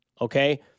okay